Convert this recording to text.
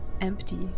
empty